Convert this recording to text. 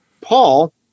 Paul